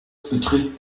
betrieb